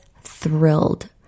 thrilled